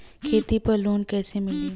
खेती पर लोन कईसे मिली?